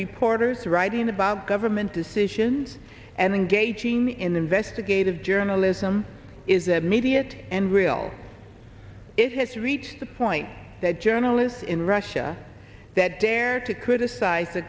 reporters writing about government decisions and engaging in the investigative journalism is immediate and real it has reached the point that journalists in russia that dare to criticize the